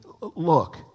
look